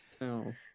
No